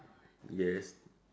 yes